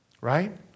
Right